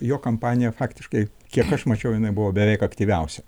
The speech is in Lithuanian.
jo kampanija faktiškai kiek aš mačiau jinai buvo beveik aktyviausia